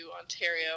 ontario